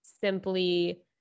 simply